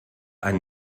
ein